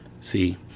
See